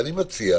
אני חושב